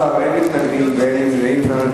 בעד, 16, אין מתנגדים ואין נמנעים.